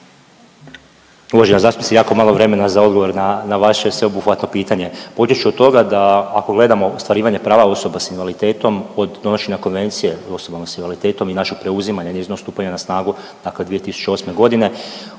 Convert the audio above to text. Uvažena zastupnice, jako malo vremena za odgovor na vaše sveobuhvatno pitanje. Počet ću od toga da ako gledamo ostvarivanje prava osoba s invaliditetom od donošenje konvencije o osobama s invaliditetom i naše preuzimanje i njezino stupanje na snagu, dakle